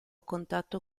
contatto